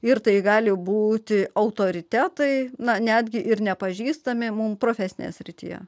ir tai gali būti autoritetai na netgi ir nepažįstami mums profesinėje srityje